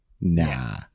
Nah